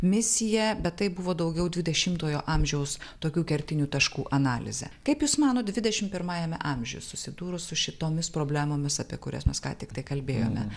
misiją bet tai buvo daugiau dvidešimojo amžiaus tokių kertinių taškų analizė kaip jūs manot dvidešim pirmajame amžiuj susidūrus su šitomis problemomis apie kurias mes ką tiktai kalbėjome